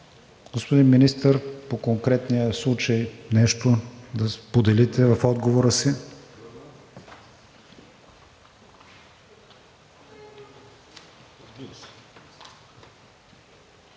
Господин Министър, по конкретния случай нещо да споделите в отговора си?